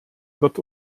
wird